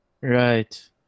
Right